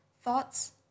thoughts